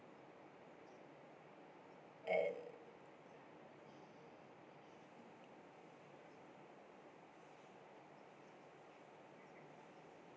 and